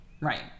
Right